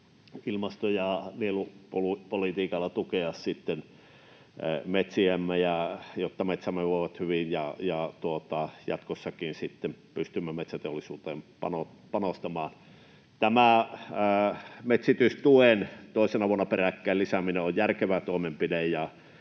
ilmasto- ja nielupolitiikalla tukea metsiämme, jotta metsämme voivat hyvin ja jatkossakin pystymme metsäteollisuuteen panostamaan. Metsitystuen lisääminen toisena vuonna peräkkäin on järkevä toimenpide.